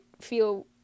feel